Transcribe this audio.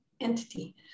entity